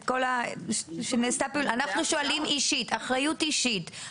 אנחנו שואלים על אחריות אישית.